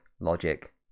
Logic